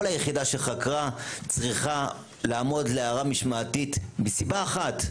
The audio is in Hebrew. היחידה שחקרה צריכה לעמוד להערה משמעתית מסיבה אחת,